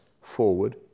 forward